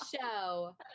show